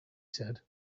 said